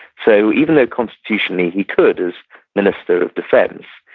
so even though constitutionally he could, as minister of defense,